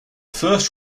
first